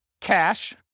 cash